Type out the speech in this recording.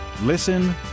Listen